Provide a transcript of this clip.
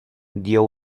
dio